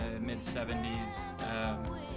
mid-70s